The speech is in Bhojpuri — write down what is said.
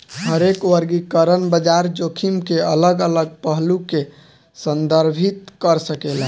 हरेक वर्गीकरण बाजार जोखिम के अलग अलग पहलू के संदर्भित कर सकेला